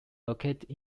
located